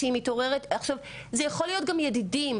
עכשיו זה יכול להיות גם ידידים,